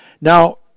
Now